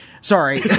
Sorry